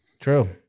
True